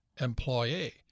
employee